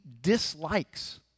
dislikes